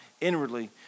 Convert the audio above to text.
inwardly